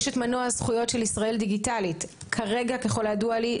יש את מנוע הזכויות של ישראל דיגיטלית ככל הידוע לי,